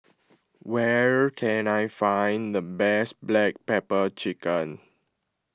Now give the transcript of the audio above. where can I find the best Black Pepper Chicken